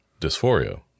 dysphoria